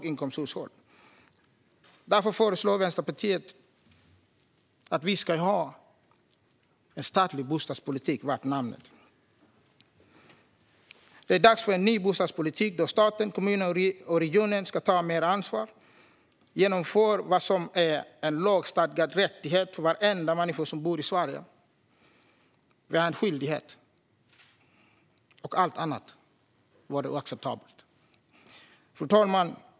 Vänsterpartiet föreslår därför att det ska finnas en statlig bostadspolitik värd namnet. Det är dags för en ny bostadspolitik där staten, kommunen och regionen tar mer ansvar och genomför vad som är en lagstadgad rättighet för varenda människa som bor i Sverige. Vi har en skyldighet till detta, och allt annat vore oacceptabelt. Fru talman!